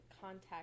contact